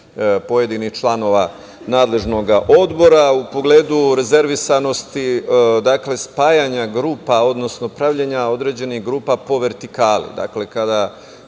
pojedinih članova nadležnog odbora. U pogledu rezervisanosti, dakle spajanja grupa, odnosno pravljenja određenih grupa po vertikali.